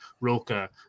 Roca